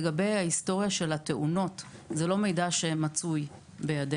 לגבי ההיסטוריה של התאונות זה לא מידע שמצוי בידינו,